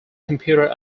computer